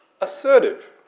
assertive